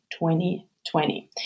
2020